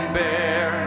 bear